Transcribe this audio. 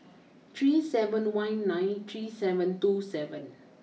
three seven one nine three seven two seven